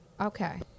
okay